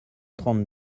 trente